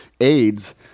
AIDS